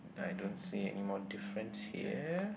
I don't see anymore difference here